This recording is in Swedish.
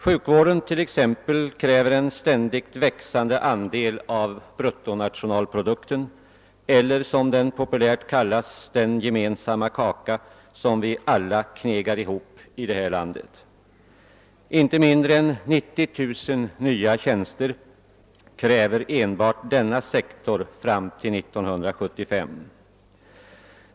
Sjukvården t.ex. ställer krav på en ständigt växande andel av bruttonationalprodukten eller, som den populärt kallas, den gemensamma kaka som vi alla knegar ihop till här i landet. Inte mindre än 90 000 nya tjänster kräver enbart denna sektor fram till år 1975.